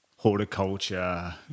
horticulture